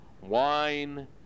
wine